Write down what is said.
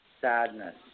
Sadness